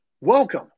Welcome